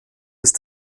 ist